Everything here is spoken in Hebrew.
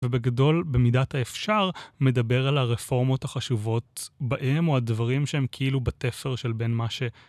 ובגדול, במידת האפשר, מדבר על הרפורמות החשובות בהן, או הדברים שהם כאילו בתפר של בין מה ש...